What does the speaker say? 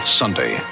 sunday